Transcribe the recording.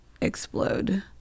explode